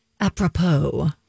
apropos